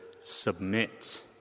submit